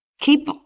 Keep